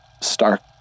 stark